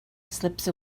slips